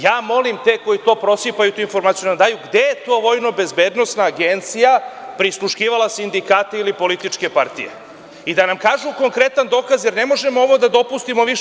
Ja molim te koji prosipaju tu informaciju da nam daju gde je to vojno-bezbednosna agencija prisluškivala sindikate ili političke partije i da nam kažu konkretan dokaz, jer ne možemo ovo da dopustimo više.